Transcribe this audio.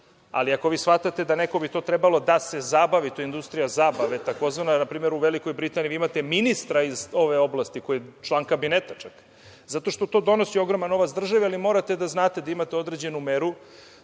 ali ako vi shvatate da neko bi to trebalo da se zabavi, jer to je industrija zabave. Na primer vi u Velikoj Britaniji imate ministra iz ove oblasti ko je član kabineta čak, zato što to donosi ogroman novac državi. Morate da znate da imate određenu meru,